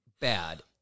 bad